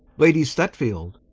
lady stutfield.